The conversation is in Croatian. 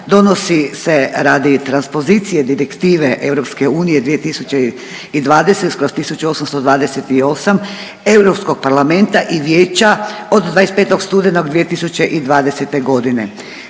donosi se radi transpozicije Direktive EU 2020/1828 EU Parlamenta i Vijeća od 25. studenog 2020. g.